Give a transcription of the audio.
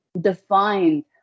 defined